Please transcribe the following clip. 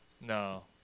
No